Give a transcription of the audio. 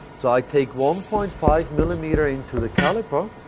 so i take one point five millimeter into the caliper,